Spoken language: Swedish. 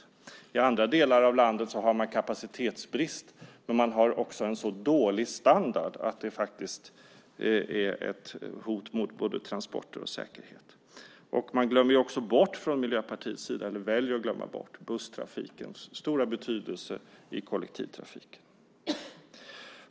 Även i andra delar av landet har man kapacitetsbrist, men man har dessutom en så dålig standard att det är ett hot mot både transporter och säkerhet. Vidare väljer Miljöpartiet att glömma bort busstrafikens stora betydelse för kollektivtrafiken.